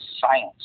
science